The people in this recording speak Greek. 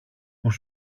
που